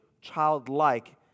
childlike